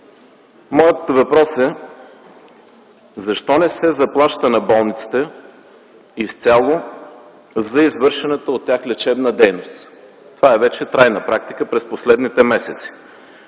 Моят въпрос е: защо не се заплаща на болниците изцяло за извършената от тях лечебна дейност? Това е вече трайна практика през последните месеци.